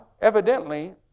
evidently